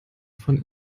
von